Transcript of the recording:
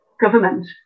government